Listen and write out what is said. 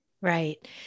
Right